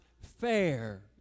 fair